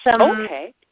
Okay